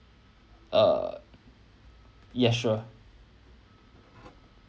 err yes sure